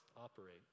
operate